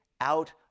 out